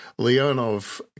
Leonov